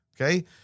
okay